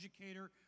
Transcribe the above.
educator